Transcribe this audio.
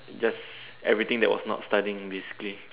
just everything that was not studying basically